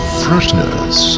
freshness